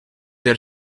der